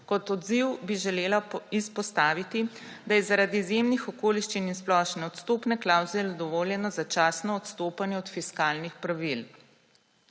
Kot odziv bi želela izpostaviti, da je zaradi izjemnih okoliščin in splošne odstopne klavzule dovoljeno začasno odstopanje od fiskalnih pravil.